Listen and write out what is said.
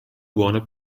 buona